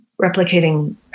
replicating